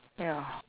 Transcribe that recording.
ya